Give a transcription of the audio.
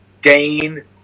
Dane